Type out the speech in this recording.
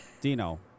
Dino